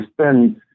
spend